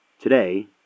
Today